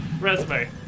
Resume